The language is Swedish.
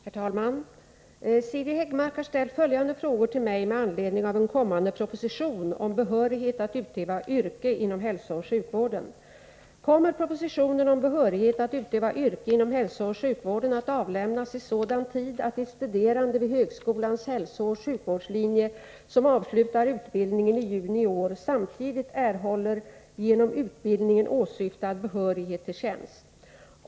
Herr talman! Siri Häggmark har ställt följande frågor till mig med Om behörigheten anledning av en kommande proposition om behörighet att utöva yrke inom = fll vissa sjuksköterhälsooch sjukvården. sketjänster —- Kommer propositionen om behörighet att utöva yrke inom hälsooch sjukvården att avlämnas i sådan tid att de studerande vid högskolans hälsooch sjukvårdslinje som avslutar utbildningen i juni i år samtidigt erhåller genom utbildningen åsyftad behörighet till tjänst?